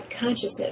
consciousness